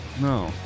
No